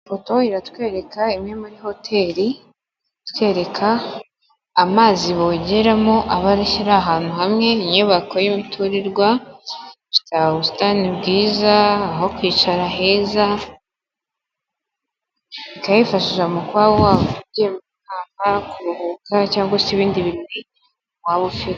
Ifoto iratwereka imwe muri hoteli iratwereka amazi bogeramo abashyira ahantu hamwe inyubako y'imiturirwa ubusitani bwiza, aho kwicara heza ikayifashisha mu wamba cyangwa se ibindi waba ufite.